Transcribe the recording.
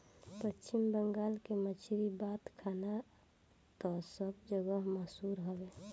पश्चिम बंगाल के मछरी बात खाना तअ सब जगही मसहूर हवे